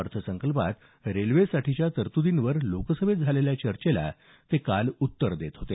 अर्थसंकल्पात रेल्वेसाठीच्या तर्तुदींवर लोकसभेत झालेल्या चर्चेला ते काल उत्तर देत होते